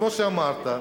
כמו שאמרת,